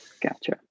Gotcha